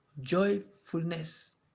joyfulness